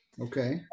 Okay